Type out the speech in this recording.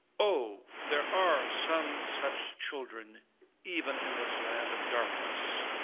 oh, there are some such children even in this land of darkness.